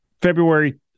February